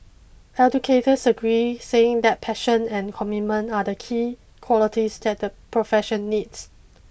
educators agreed saying that passion and commitment are the key qualities that the profession needs